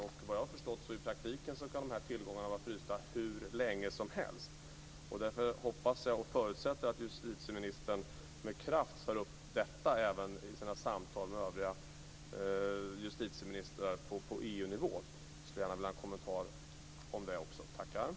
Såvitt jag förstår kan de här tillgångarna i praktiken vara frysta hur länge som helst. Därför hoppas och förutsätter jag att justitieministern med kraft tar upp detta även i sina samtal med övriga justitieministrar på EU-nivå. Jag skulle gärna vilja ha en kommentar också om det.